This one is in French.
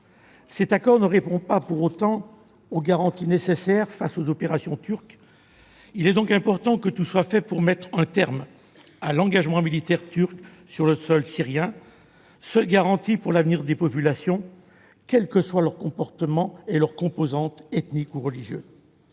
Cet accord ne leur offre pas pour autant les garanties nécessaires face aux opérations turques. Il est donc important que tout soit fait pour mettre un terme à l'engagement militaire turc sur le sol syrien, seule garantie pour l'avenir des populations, quelles que soient leurs composantes ethniques et religieuses.